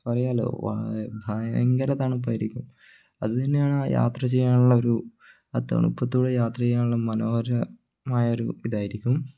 പറയാല്ലോ ഭയങ്കര തണുപ്പായിരിക്കും അതു തന്നെയാണ് ആ യാത്ര ചെയ്യാനുള്ള ഒരു ആ തണുപ്പത്ത്കൂടി യാത്ര ചെയ്യാനുള്ള മനോഹരമായൊരു ഇതായിരിക്കും